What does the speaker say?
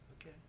Okay